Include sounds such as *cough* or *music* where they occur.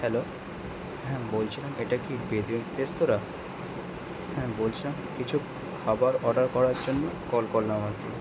hello হ্যাঁ বলছিলাম এটা কি *unintelligible* রেস্তোরাঁ হ্যাঁ বলছিলাম কিছু খাবার অর্ডার করার জন্য কল করলাম আপনাকে